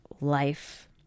life